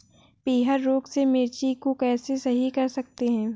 पीहर रोग से मिर्ची को कैसे सही कर सकते हैं?